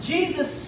Jesus